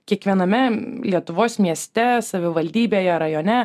kiekviename lietuvos mieste savivaldybėje rajone